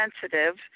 sensitive